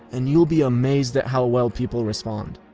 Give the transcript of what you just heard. and you'll be amazed at how well people respond.